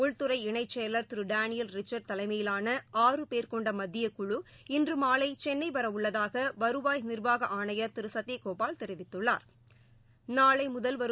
உள்துறை இணைசெயலர் திருடேனியல் ரிச்சர்ட் தலைமையிலான ஆறு பேர் கொண்டமத்திய குழு இன்றுமாவைசென்னைவரஉள்ளதாகவருவாய் நிர்வாகஆணையர் திருசத்தியகோபால் தெரிவித்துள்ளாா்